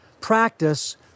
practice